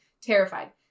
terrified